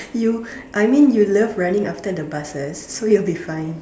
you I mean you love running after the buses so you will be fine